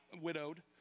widowed